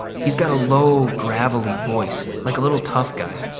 he's got a low gravelly voice, like a little tough guy.